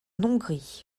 hongrie